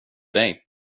dig